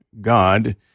God